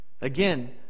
Again